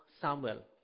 Samuel